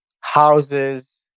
houses